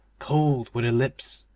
cold were the lips,